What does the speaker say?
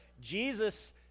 Jesus